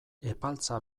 epaltza